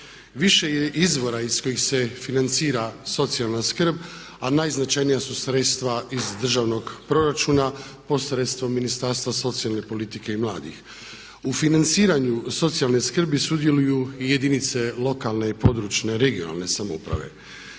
Više je izvora iz kojih se financira socijalna skrb a najznačajnija su sredstva iz Državnog proračuna pod sredstvom Ministarstva socijalne politike i mladih. U financiranju socijalne skrbi sudjeluju jedinice lokalne i područne, regionalne samouprave.